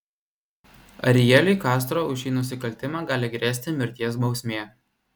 arieliui castro už šį nusikaltimą gali grėsti mirties bausmė